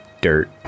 dirt